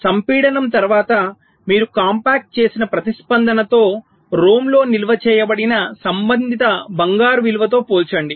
సంపీడనం తరువాత మీరు కాంపాక్ట్ చేసిన ప్రతిస్పందనతో ROM లో నిల్వ చేయబడిన సంబంధిత బంగారు విలువతో పోల్చండి